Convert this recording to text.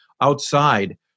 outside